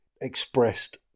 expressed